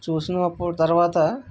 చూసినప్పుడు తరువాత